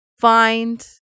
find